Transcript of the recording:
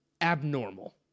abnormal